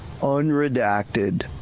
unredacted